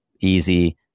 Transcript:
easy